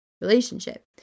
relationship